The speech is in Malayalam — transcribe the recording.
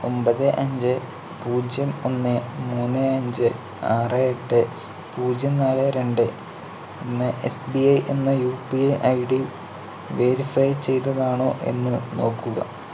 ഒമ്പത് അഞ്ച് പൂജ്യം ഒന്ന് മൂന്ന് അഞ്ച് ആറ് എട്ട് പൂജ്യം നാല് രണ്ട് ഒന്ന് എസ് ബി ഐ എന്ന U P I I D verify ചെയ്തതാണോ എന്ന് നോക്കുക